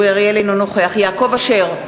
אינו נוכח יעקב אשר,